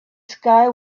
sky